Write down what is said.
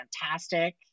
fantastic